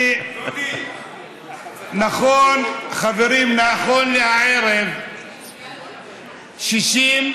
נכון לערב זה,